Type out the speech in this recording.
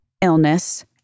illness